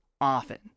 often